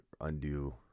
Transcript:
Undo